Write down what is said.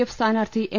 F സ്ഥാനാർത്ഥി M